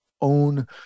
own